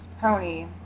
pony